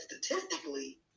statistically